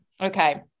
Okay